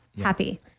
happy